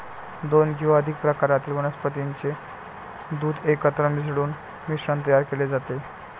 दोन किंवा अधिक प्रकारातील वनस्पतीचे दूध एकत्र मिसळून मिश्रण तयार केले जाते